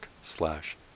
slash